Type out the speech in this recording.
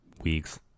weeks